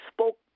spoke